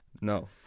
No